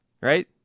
Right